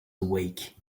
awake